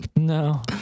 No